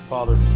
Father